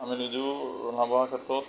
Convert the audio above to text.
আমি নিজেও ৰন্ধা বঢ়াৰ ক্ষেত্ৰত